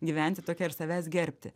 gyventi tokia ir savęs gerbti